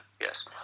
Yes